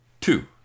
Two